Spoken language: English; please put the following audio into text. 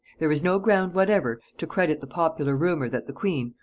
there is no ground whatever to credit the popular rumor that the queen,